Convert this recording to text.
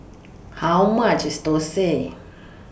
How much IS Thosai